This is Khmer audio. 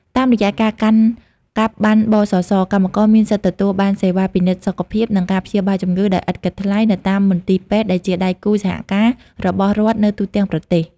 តាមរយៈការកាន់កាប់ប័ណ្ណ ប.ស.ស កម្មករមានសិទ្ធិទទួលបានសេវាពិនិត្យសុខភាព និងការព្យាបាលជំងឺដោយឥតគិតថ្លៃនៅតាមមន្ទីរពេទ្យដែលជាដៃគូសហការរបស់រដ្ឋនៅទូទាំងប្រទេស។